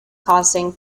causing